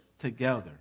together